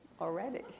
already